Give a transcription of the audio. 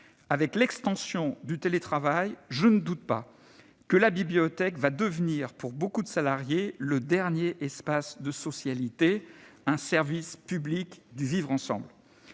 Avec l'extension du télétravail, je ne doute pas que la bibliothèque va devenir pour beaucoup de salariés le dernier espace de socialité, un service public du vivre-ensemble.